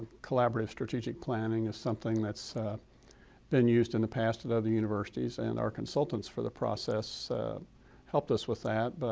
collaborative strategic planning is something that's been used in the past at other universities and our consultants for the process helped us with that. but